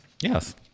Yes